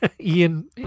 Ian